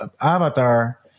Avatar